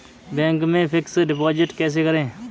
Bank में fix deposit कैसे करें?